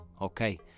okay